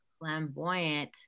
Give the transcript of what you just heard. flamboyant